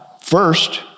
first